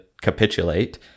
capitulate